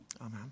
Amen